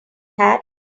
hat